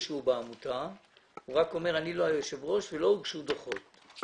שהוא בעמותה אלא הוא אומר שהוא לא היושב ראש ולא הוגשו דוחות.